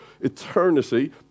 eternity